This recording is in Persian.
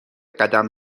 قدم